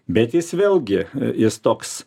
bet jis vėlgi jis toks